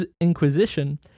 inquisition